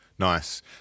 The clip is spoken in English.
Nice